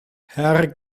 herr